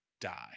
die